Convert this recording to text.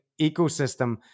ecosystem